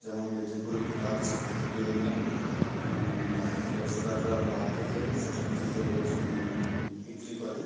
যেমন মেদিনীপুরে ঘাটাল সেখান থেকে এনে ব্যবসাদাররা লাভ রেখে সেটা খুচরো ব্যবস বিক্রি করে